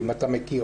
אם אתה מכיר,